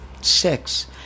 six